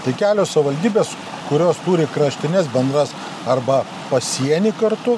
tai kelios savivaldybės kurios turi kraštines bendras arba pasieny kartu